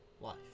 life